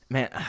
Man